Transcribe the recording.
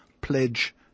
pledge